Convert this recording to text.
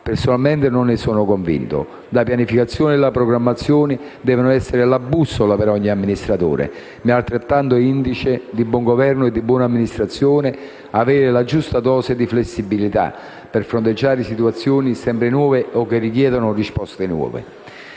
Personalmente, non ne sono convinto. La pianificazione e la programmazione devono essere la bussola per ogni amministratore, ma è altrettanto indice di buon governo e buona amministrazione avere la giusta dose di flessibilità per fronteggiare situazioni sempre nuove o che richiedono risposte nuove.